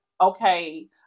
okay